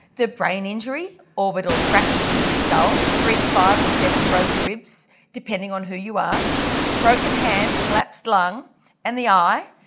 the brain injury, orbital fracture to the skull, three, five or seven broken ribs depending on who you ask a broken hand, collapsed lung and the eye,